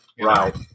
Right